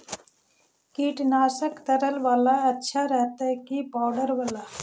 कीटनाशक तरल बाला अच्छा रहतै कि पाउडर बाला?